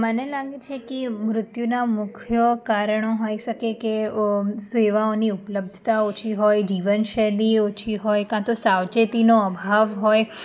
મને લાગે છે કે મૃત્યુનાં મુખ્ય કારણો હોઈ શકે કે સેવાઓની ઉપલબ્ધતા ઓછી હોય જીવનશૈલી ઓછી હોય કાં તો સાવચેતીનો અભાવ હોય